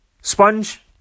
sponge